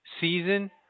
season